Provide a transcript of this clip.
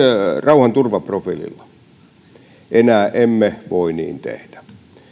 rauhanturvaprofiililla enää emme voi niin tehdä